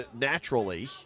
naturally